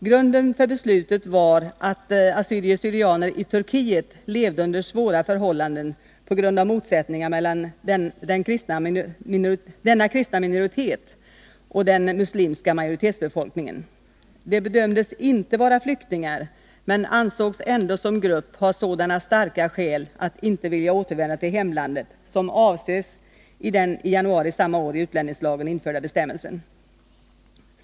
Grunden för beslutet var att assyrier/syrianer i Turkiet levde under svåra förhållanden på grund av motsättningar mellan denna kristna minoritet och den muslimska majoritetsbefolkningen. De bedömdes inte vara flyktingar, men de ansågs ändå som grupp ha sådana starka skäl att inte vilja återvända till hemlandet som avses i den i januari samma år i utlänningslagen införda bestämmelsen.